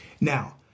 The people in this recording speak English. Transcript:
Now